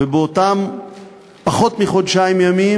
ובאותם פחות מחודשיים ימים